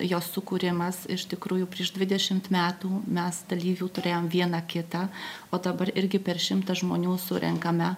jos sukūrimas iš tikrųjų prieš dvidešimt metų mes dalyvių turėjome vieną kitą o dabar irgi per šimtą žmonių surenkame